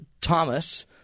Thomas